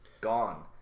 Gone